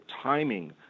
timing